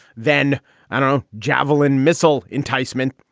then i know javelin missile enticement.